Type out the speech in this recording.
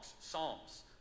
Psalms